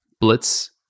blitz